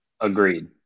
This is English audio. Agreed